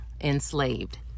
enslaved